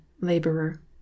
laborer